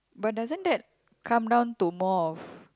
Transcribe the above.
but doesn't that come down to more of